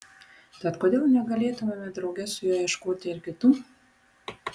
tad kodėl negalėtumėme drauge su juo ieškoti ir kitų